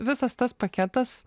visas tas paketas